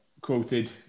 quoted